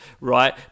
right